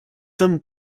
some